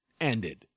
ended